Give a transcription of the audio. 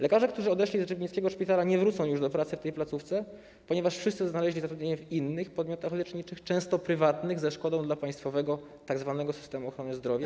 Lekarze, którzy odeszli z rybnickiego szpitala, już nie wrócą do pracy w tej placówce, ponieważ wszyscy znaleźli zatrudnienie w podmiotach leczniczych, często prywatnych, ze szkodą dla państwowego tzw. systemu ochrony zdrowia.